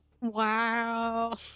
Wow